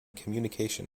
communication